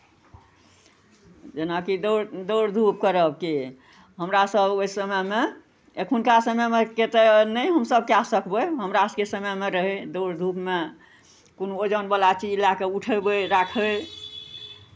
जेनाकि दौड़ दौड़धूप करबके हमरा सभ ओहि समयमे एखुनका समयमेके तऽ नहि हमसभ कए सकबै हमरा सभके समयमे रहै दौड़ धूपमे कोनो ओजनवला चीज लए कऽ उठयबै राखबै